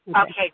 Okay